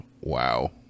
wow